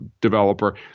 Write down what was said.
developer